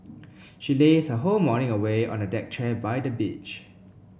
she lazed her whole morning away on a deck chair by the beach